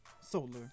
Solar